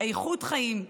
איכות חיים,